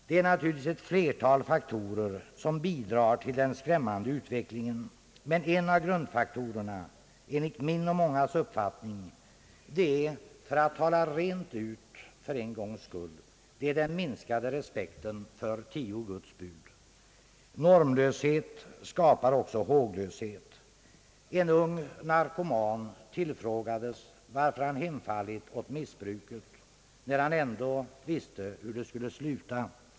Det är naturligtvis ett flertal faktorer som bidrar till den skrämmande utvecklingen, men en av grundfaktorerna är enligt min och mångas uppfattning — för att tala rent ut för en gångs skull — den minskade respekten för Tio Guds Bud. Normlöshet skapar också håglöshet. En ung narkoman tillfrågades varför han hemfallit åt missbruket, när han ändå visste hur det skulle sluta.